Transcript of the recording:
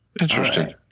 Interesting